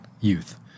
youth